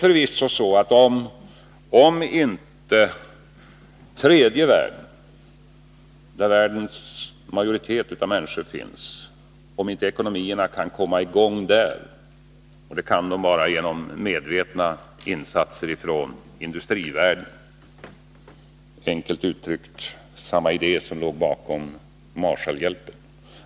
Ekonomierna i tredje världen, där majoriteten av jordens befolkning finns, kan bara komma i gång genom medvetna insatser från industrivärlden — enkelt uttryckt enligt samma idé som låg bakom Marshallhjälpen.